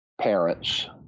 parents